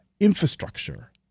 infrastructure